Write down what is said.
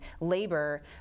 labor